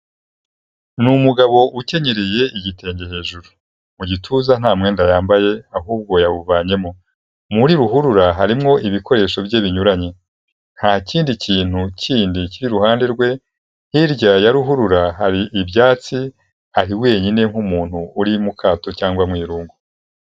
Ni umugabo ukenyereye igitenge hejuru, mu gituza nta mwenda yambaye ahubwo yawuvanyemo, muri ruhurura harimwo ibikoresho bye binyuranye, nta kindi kintu kindi kiri iruhande rwe, hirya ya ruhurura hari ibyatsi, ari wenyine nk'umuntu uri mu kato cyangwa mu irungu.